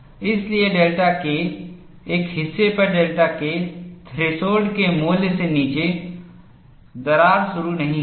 इसलिए delta K एक हिस्से पर डेल्टा K थ्रेशोल्ड के मूल्य से नीचे दरार शुरू नहीं होगी